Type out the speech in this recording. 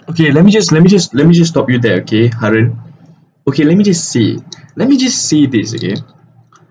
okay let me just let me just let me just stop you there okay haren okay let me just see let me just see this okay